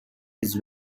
his